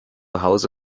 hause